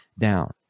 down